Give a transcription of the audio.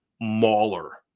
mauler